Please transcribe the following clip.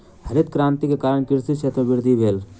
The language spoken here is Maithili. हरित क्रांति के कारण कृषि क्षेत्र में वृद्धि भेल